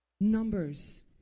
numbers